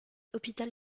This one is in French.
hôpital